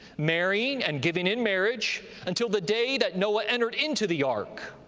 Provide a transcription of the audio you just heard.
marrying and giving in marriage, until the day that noe ah entered into the ark,